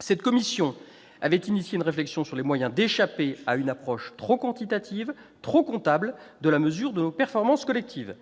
Cette commission avait engagé une réflexion sur les moyens d'échapper à une approche trop quantitative, trop comptable, de la mesure de nos performances collectives.